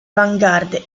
vanguard